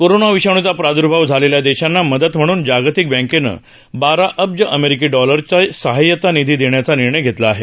corona विषाणूचा प्रादुर्भाव झालेल्या देशांना मदत म्हणून जागतिक बँकेनं बारा अब्ज अमेरिकी डॉलरचा सहाय्यता निधी देण्याचा निर्णय घेतला आहे